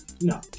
No